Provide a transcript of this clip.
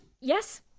Yes